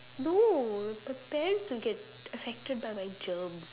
no my parents will get affected by my germs